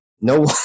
no